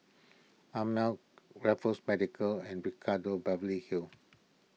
Ameltz Raffles Medical and Ricardo Beverly Hills